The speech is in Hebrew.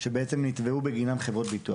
שחברות הביטוח נתבעו בגינם.